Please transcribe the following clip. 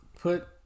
put